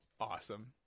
Awesome